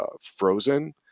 frozen